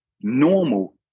normal